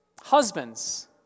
Husbands